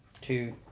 two